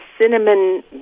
cinnamon